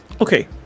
okay